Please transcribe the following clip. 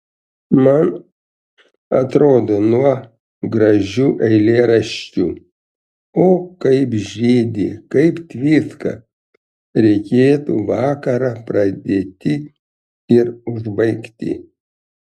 man atrodo tuo gražiu eilėraščiu o kaip žydi kaip tviska reikėtų vakarą pradėti ir užbaigti